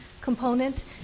component